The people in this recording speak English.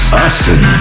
Austin